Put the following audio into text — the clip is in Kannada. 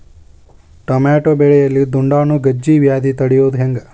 ಟಮಾಟೋ ಬೆಳೆಯಲ್ಲಿ ದುಂಡಾಣು ಗಜ್ಗಿ ವ್ಯಾಧಿ ತಡಿಯೊದ ಹೆಂಗ್?